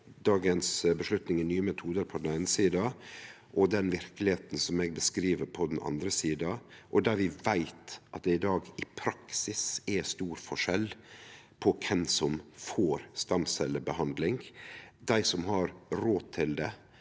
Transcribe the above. dagens vedtak i Nye metodar på den eine sida og den verkelegheita som eg beskriv, på den andre sida, der vi veit at det i dag i praksis er stor forskjell på kven som får stamcellebehandling. Dei som har råd til det,